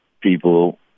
people